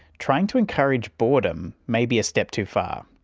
trying to encourage boredom may be a step too far.